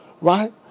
Right